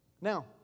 Now